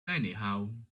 anyhow